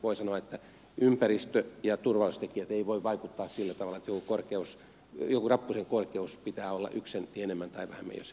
voi sanoa että ympäristö ja turvallisuustekijät eivät voi vaikuttaa sillä tavalla että jonkin rappusen korkeuden pitää olla yksi sentti enemmän tai vähemmän jos